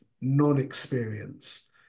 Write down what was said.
non-experience